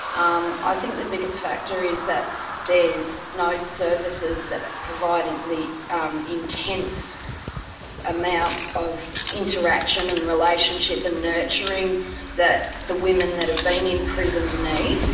um i think the biggest factor is that there's no services that provide the um intense amount of interaction and relationship and nurturing that the women that have been in prison need.